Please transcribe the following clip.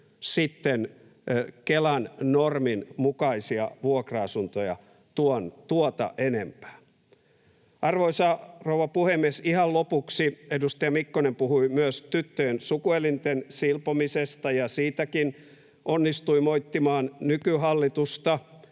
löydy Kelan normin mukaisia vuokra-asuntoja tuota enempää? Arvoisa rouva puhemies! Ihan lopuksi: Edustaja Mikkonen puhui myös tyttöjen suku-elinten silpomisesta ja siitäkin onnistui moittimaan nykyhallitusta.